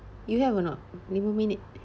you have or not lima minute